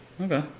Okay